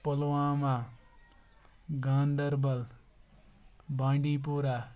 پُلوامہ گاندَربل بانڈی پورہ